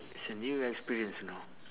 it's a new experience you know